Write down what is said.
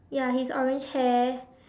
ya his orange hair